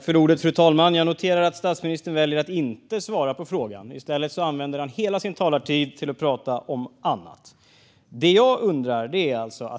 Fru talman! Jag noterar att statsministern väljer att inte svara på frågan. I stället använder han hela sin talartid till att prata om annat.